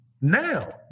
now